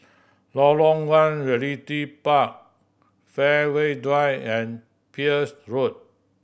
Lorong One Realty Park Fairway Drive and Peirce Road